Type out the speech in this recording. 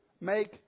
make